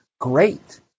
great